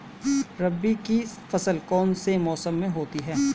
रबी की फसल कौन से मौसम में होती है?